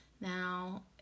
now